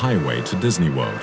highway to disney world